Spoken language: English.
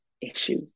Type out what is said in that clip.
issue